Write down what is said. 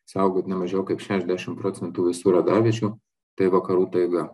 saugot ne mažiau kaip šešiasdešim procentų visų radaviečių tai vakarų taiga